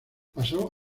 pasó